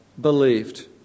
believed